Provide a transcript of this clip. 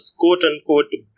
quote-unquote